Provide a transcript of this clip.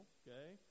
okay